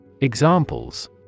Examples